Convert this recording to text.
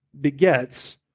begets